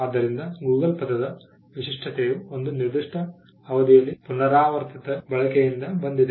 ಆದ್ದರಿಂದ ಗೂಗಲ್ ಪದದ ವಿಶಿಷ್ಟತೆಯು ಒಂದು ನಿರ್ದಿಷ್ಟ ಅವಧಿಯಲ್ಲಿ ಪುನರಾವರ್ತಿತ ಬಳಕೆಯಿಂದ ಬಂದಿದೆ